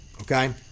okay